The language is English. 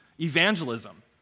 evangelism